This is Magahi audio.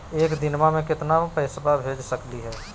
एक दिनवा मे केतना पैसवा भेज सकली हे?